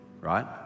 right